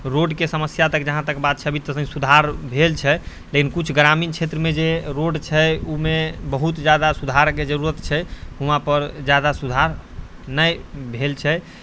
रोडके समस्या तक जहाँ तक बात छै अभी तऽ सुधार भेल छै लेकिन कुछ ग्रामीण क्षेत्रमे जे रोड छै ओहिमे बहुत ज्यादा सुधारके जरूरत छै वहाँपर ज्यादा सुधार नहि भेल छै